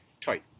tight